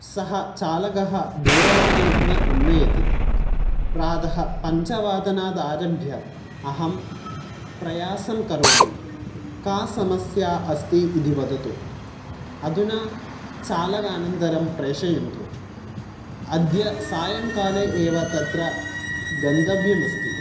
सः चालकः दूरवाणिं न उन्नयति प्रातः पञ्चवादनादारभ्य अहं प्रयासं करोमि का समस्या अस्ति इति वदतु अधुना चालक अनन्तरं प्रेषयन्तु अद्य सायङ्काले एव तत्र गन्तव्यमस्ति